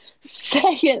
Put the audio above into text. Second